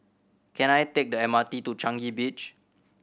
can I take the M R T to Changi Beach